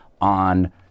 on